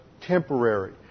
temporary